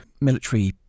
military